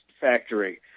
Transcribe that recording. factory